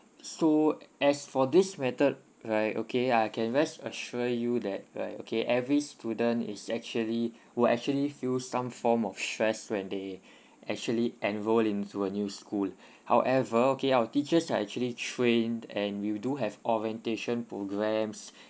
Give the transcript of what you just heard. so as for this method right okay I can rest assure you that uh okay every student is actually will actually feel some form of stress when they actually enrol into a new school however okay our teachers are actually trained and we do have orientation programmes